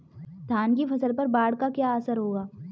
धान की फसल पर बाढ़ का क्या असर होगा?